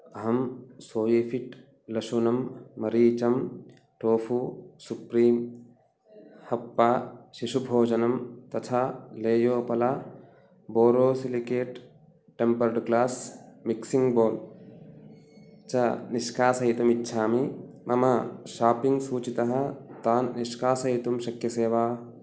अहं सोयेफ़िक् लशुनं मरीचम् टोफ़ू सुप्रीं हप्पा शिशुभोजनं तथा लेयोपला borosilicate tempered glass mixing bowl च निष्कासयितुमिच्छामि मम शापिङ्ग् सूचीतः तान् निष्कासयितुं शक्यसे वा